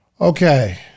Okay